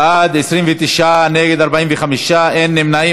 בעד, 29, נגד, 45, אין נמנעים.